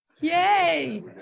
yay